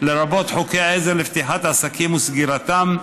לרבות חוקי עזר לפתיחת עסקים וסגירתם,